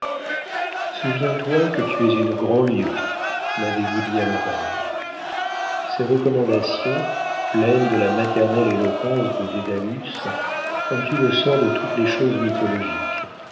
souviens-toi que tu es une grandlieu m'avez-vous dit à l'oreille ces recommandations pleines de la maternelle éloquence de dédalus ont eu le sort de toutes les choses mythologiques